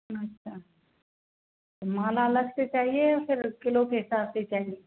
अच्छा माला अलग से चाहिए या फिर किलो के हिसाब से चाहिए